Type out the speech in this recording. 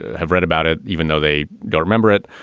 have read about it, even though they don't remember it.